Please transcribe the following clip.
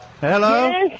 Hello